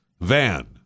Van